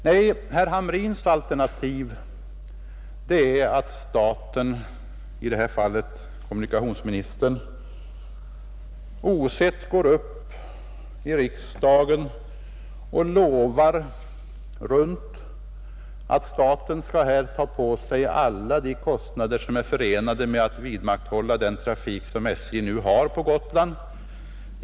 Herr Hamrins alternativ är att staten — i det här fallet kommunikationsministern — osett går upp i riksdagen och lovar runt att staten här skall ta på sig alla de kostnader, som är förenade med att vidmakthålla den trafik, som SJ nu har på Gotland.